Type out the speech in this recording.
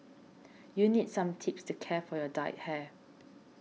you need some tips to care for your dyed hair